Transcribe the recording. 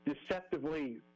deceptively